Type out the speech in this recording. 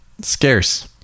scarce